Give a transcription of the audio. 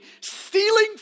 stealing